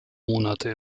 monate